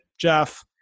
Jeff